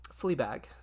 Fleabag